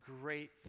great